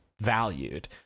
valued